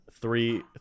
Three